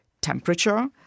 temperature